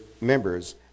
members